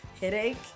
headache